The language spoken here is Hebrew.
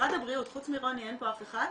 משרד הבריאות, חוץ מרוני אין פה אף אחד?